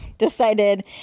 decided